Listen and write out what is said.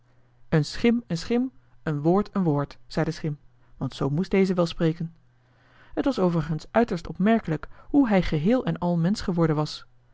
een schim een schim een woord een woord zei de schim want zoo moest deze wel spreken het was overigens uiterst opmerkelijk hoe hij geheel en al mensch geworden was